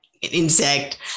insect